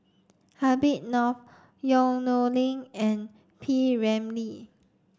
Habib Noh Yong Nyuk Lin and P Ramlee